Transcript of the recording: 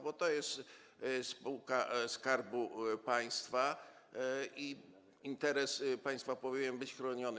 Bo to jest spółka Skarbu Państwa i interes państwa powinien być chroniony.